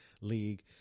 league